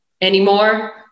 anymore